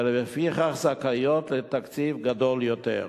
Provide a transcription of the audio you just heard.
ולפיכך זכאיות לתקציב גדול יותר.